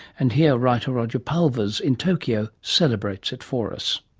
and here writer roger pulvers in tokyo celebrates it for us.